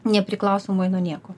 nepriklausomai nuo nieko